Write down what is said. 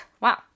Wow